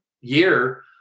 year